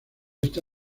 esta